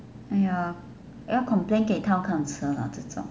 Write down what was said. !aiya! 要 complain 给 town council lah 这种